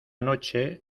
noche